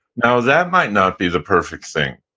now, that might not be the perfect thing,